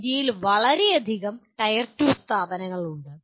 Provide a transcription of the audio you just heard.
ഇന്ത്യയിൽ വളരെ അധികം ടയർ 2 സ്ഥാപനങ്ങളുണ്ട്